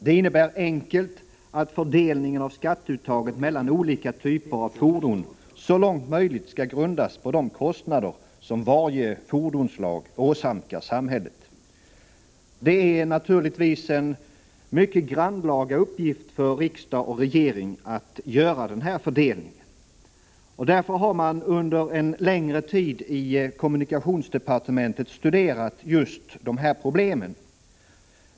Det innebär enkelt uttryckt att fördelningen av skatteuttaget mellan olika typer av fordon så långt möjligt skall grundas på de kostnader som varje fordonsslag åsamkar samhället. Det är naturligtvis en mycket grannlaga uppgift för riksdag och regering att göra denna fördelning. Därför har man i kommunikationsdepartementet under en längre tid studerat dessa problem.